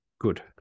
Good